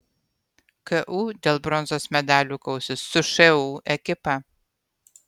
ku dėl bronzos medalių kausis su šu ekipa